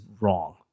wrong